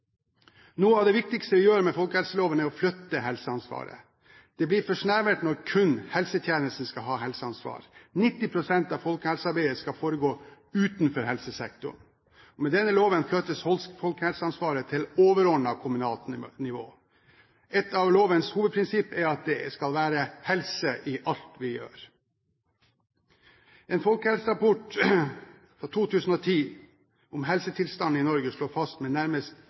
Noe av det viktigste vi gjør med folkehelseloven, er å flytte helseansvaret. Det blir for snevert når kun helsetjenesten skal ha helseansvar. 90 pst. av folkehelsearbeidet skal foregå utenfor helsesektoren. Med denne loven flyttes folkehelseansvaret til et overordnet kommunalt nivå. Et av lovens hovedprinsipper er at det skal være helse i alt vi gjør. En folkehelserapport fra 2010 om helsetilstanden i Norge slår fast med nærmest